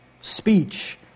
Speech